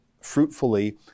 fruitfully